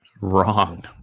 Wrong